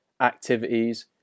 activities